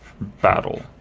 battle